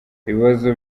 ibibazo